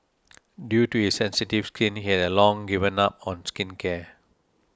due to his sensitive skin he had long given up on skincare